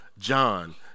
John